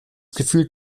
gefühlt